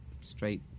straight